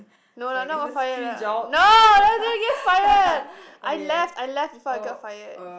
no lah no got fired lah no I didn't get fired I left I left before I got fired